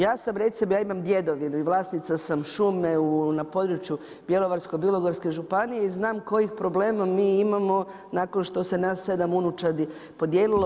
Ja sam recimo, ja imamo djedovinu i vlasnica sam šume na području Bjelovarsko-bilogorske županije i znam kojih problema mi imamo, nakon što se naš 7 unučadi podijelilo.